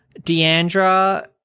Deandra